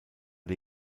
der